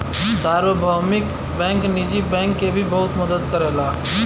सार्वभौमिक बैंक निजी बैंक के भी बहुत मदद करला